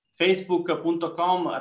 facebook.com